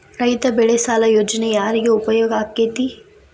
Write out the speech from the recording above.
ರೈತ ಬೆಳೆ ಸಾಲ ಯೋಜನೆ ಯಾರಿಗೆ ಉಪಯೋಗ ಆಕ್ಕೆತಿ?